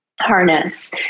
harness